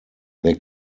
they